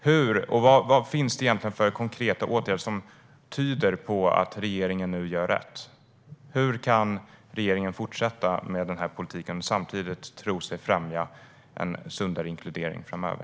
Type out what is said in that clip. Vilka konkreta åtgärder finns som tyder på att regeringen gör rätt? Hur kan regeringen fortsätta med politiken och samtidigt tro sig främja en sundare inkludering framöver?